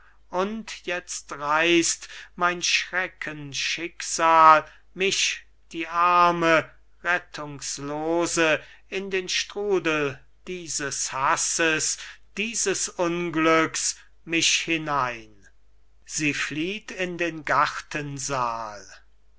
und jetzt reiße mein schreckenschicksal mich die arme rettungslose in den strudel dieses hasses diese unglücks mich hinein sie flieht in den gartensaal